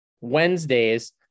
Wednesdays